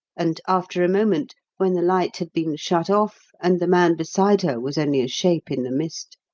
and, after a moment, when the light had been shut off and the man beside her was only a shape in the mist